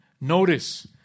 Notice